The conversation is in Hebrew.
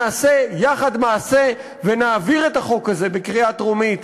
נעשה יחד מעשה ונעביר את החוק הזה בקריאה טרומית.